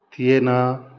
थएन